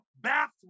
bathroom